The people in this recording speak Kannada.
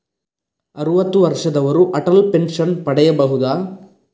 ಅರುವತ್ತು ವರ್ಷದವರು ಅಟಲ್ ಪೆನ್ಷನ್ ಪಡೆಯಬಹುದ?